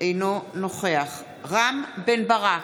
אינו נוכח רם בן ברק,